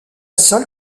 seule